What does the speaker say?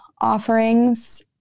offerings